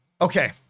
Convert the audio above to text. Okay